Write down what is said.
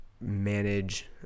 manage